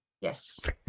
Yes